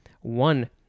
one